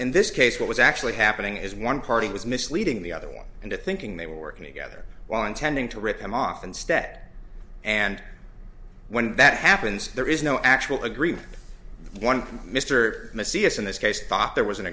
in this case what was actually happening is one party was misleading the other one into thinking they were working together while intending to rip them off instead and when that happens there no actual agreement one from mr missy s in this case thought there was an